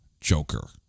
Joker